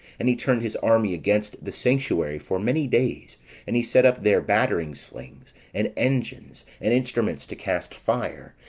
and he turned his army against the sanctuary for many days and he set up there battering slings, and engines, and instruments to cast fire,